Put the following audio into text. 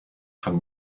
von